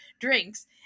drinks